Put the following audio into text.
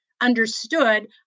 Understood